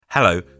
Hello